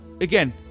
again